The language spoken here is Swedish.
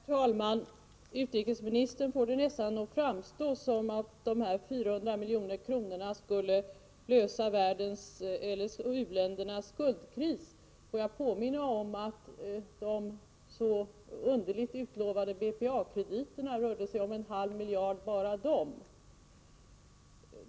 Herr talman! Utrikesministern fick det nästan att framstå som om de 400 miljoner kronorna skulle lösa u-ländernas skuldkris. Får jag påminna om att de så underligt utlovade BPA-krediterna rörde sig om 0,5 miljarder bara de.